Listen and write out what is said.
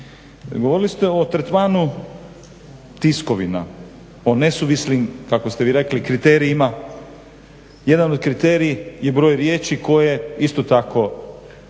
Govorili ste o tretmanu tiskovina, o nesuvislim kako ste vi rekli kriterijima. Jedan od kriterija je broj riječi koje isto tako ne znam